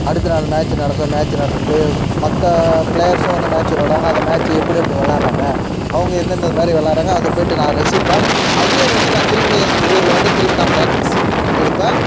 அடுத்த நாள் மேட்சு நடக்கும் மேட்சு நடந்துட்டு மற்ற பிளேயர்ஸும் வந்து மேட்ச் விளாடுவாங்க அந்த மேட்சு எப்படி எப்படி விளாடுறாங்க அவங்க எந்தெந்த மாதிரி விளாட்றாங்க அது போயிட்டு நான் ரசிப்பேன் அதையே வந்து நான் திரும்பி எங்கள் ஊரில் வந்து திரும்பி நான் ப்ராக்டிக்ஸு எடுப்பேன்